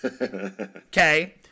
Okay